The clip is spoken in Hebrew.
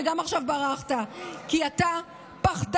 וגם עכשיו ברחת, כי אתה פחדן.